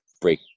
break